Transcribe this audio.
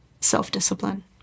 self-discipline